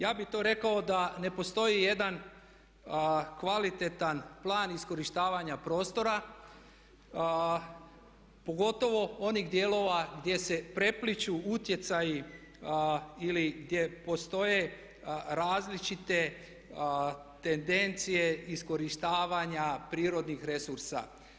Ja bih to rekao da ne postoji jedan kvalitetan plan iskorištavanja prostora pogotovo onih dijelova gdje se prepliću utjecaji ili gdje postoje različite tendencije iskorištavanja prirodnih resursa.